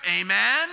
Amen